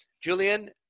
Julian